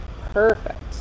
perfect